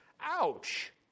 Ouch